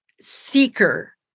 seeker